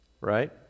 right